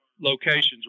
locations